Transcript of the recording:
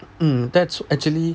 hmm that's actually